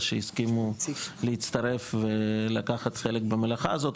שהסכימו להצטרף ולקחת חלק במלאכה הזאת.